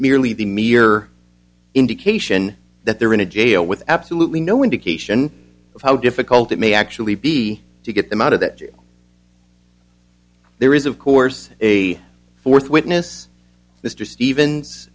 merely the mere indication that they're in a jail with absolutely no indication of how difficult it may actually be to get them out of the there is of course a fourth witness mr stevens